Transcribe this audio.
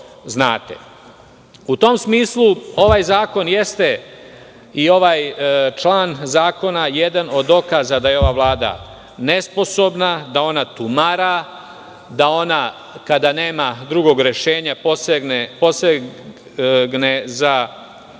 tom smislu, ovaj zakon i ovaj član zakona jeste jedan od dokaza da je ova vlada nesposobna, da ona tumara, da kada nema drugog rešenja posegne za parama